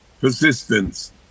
persistence